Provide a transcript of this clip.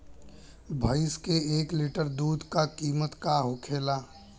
भैंस के एक लीटर दूध का कीमत का होखेला?